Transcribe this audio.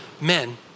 men